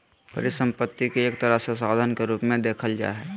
परिसम्पत्ति के एक तरह से साधन के रूप मे देखल जा हय